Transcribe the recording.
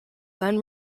then